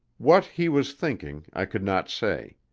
what he was thinking i could not say.